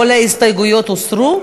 כל ההסתייגויות הוסרו?